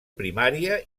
primària